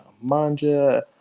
Manja